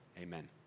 amen